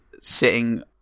sitting